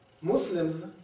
Muslims